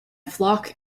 flock